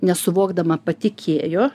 nesuvokdama patikėjo